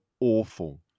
awful